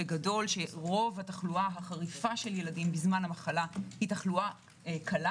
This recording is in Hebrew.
רוב התחלואה החריפה של ילדים בזמן המחלה היא תחלואה קלה